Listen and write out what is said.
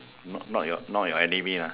not not not your not your enemy lah